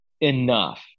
enough